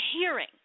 hearing